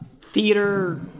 theater